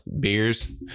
Beers